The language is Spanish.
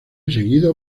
seguido